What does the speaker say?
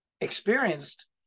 experienced